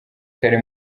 kari